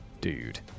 Dude